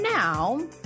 Now